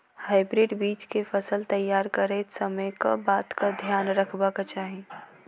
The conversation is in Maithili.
हाइब्रिड बीज केँ फसल तैयार करैत समय कऽ बातक ध्यान रखबाक चाहि?